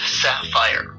sapphire